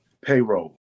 payroll